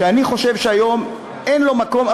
שאני חושב שהיום אין לו מקום,